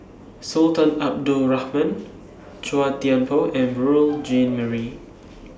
Sultan Abdul Rahman Chua Thian Poh and Beurel Jean Marie